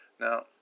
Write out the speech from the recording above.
Now